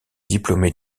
diplômé